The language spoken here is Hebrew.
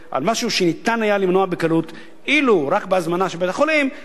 על משהו שניתן היה למנוע בקלות אילו רק בהזמנה של בית-החולים היה